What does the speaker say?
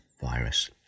virus